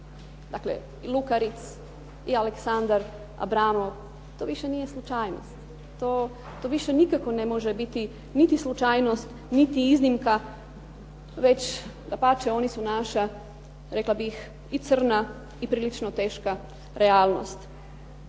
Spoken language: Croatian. Dakle, i Luka Ric i Aleksandar Abramov, to više nije slučajnost, to više nikako ne može biti niti slučajnost, niti iznimka, već dapače oni su naša rekla bih i crna i prilično teška realnost.